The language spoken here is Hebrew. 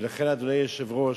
ולכן, אדוני היושב-ראש,